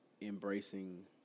embracing